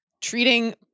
treating